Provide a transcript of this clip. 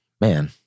man